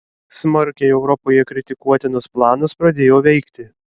smarkiai europoje kritikuotinas planas pradėjo veikti